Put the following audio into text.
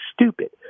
stupid